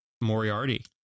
Moriarty